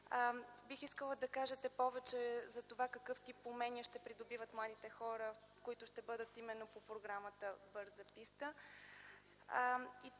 Бих искала да кажете повече за това какъв тип умения ще придобиват младите хора, които ще бъдат именно по програмата „Бърза писта”.